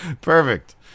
Perfect